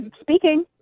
speaking